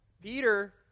Peter